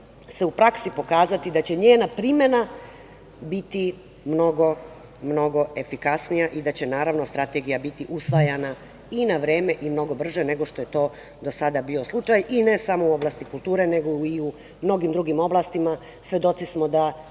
se u praksi pokazati da će njena primena biti mnogo, mnogo efikasnija i da će, naravno, strategija biti usvajana i na vreme i mnogo brže nego što je to do sada bio slučaj, i ne samo u oblasti kulture nego i u mnogim drugim oblastima, svedoci smo da